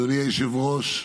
אדוני היושב-ראש,